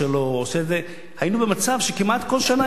היינו במצב שכמעט כל שנה היו בחירות.